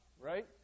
Right